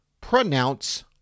pronounce